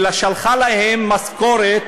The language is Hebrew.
אלא שלחה להם משכורת,